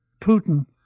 Putin